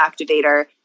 Activator